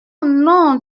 non